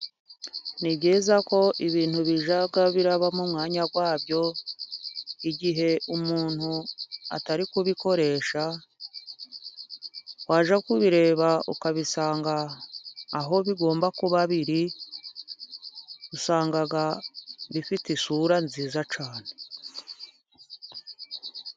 Ni byiza ko ibintu bijya biraba mu mwanya wabyo, igihe umuntu atari kubikoresha, wajya kubireba ukabisanga aho bigomba kuba biri, usanga bifite isura nziza cyane.